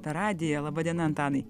per radiją laba diena antanai